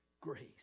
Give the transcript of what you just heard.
grace